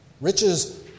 Riches